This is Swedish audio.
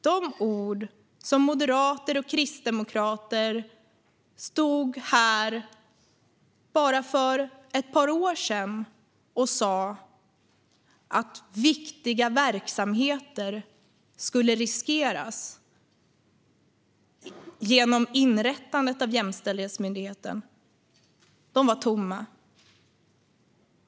De ord som moderater och kristdemokrater för bara ett par år sedan stod här och framförde om att viktiga verksamheter skulle riskeras genom inrättandet av Jämställdhetsmyndigheten var tomma.